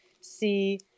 see